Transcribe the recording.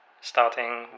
starting